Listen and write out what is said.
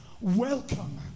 Welcome